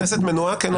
הכנסת מנועה, כן או לא?